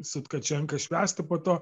su tkačenka švęsti po to